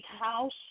house